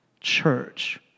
church